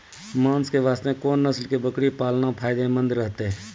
मांस के वास्ते कोंन नस्ल के बकरी पालना फायदे मंद रहतै?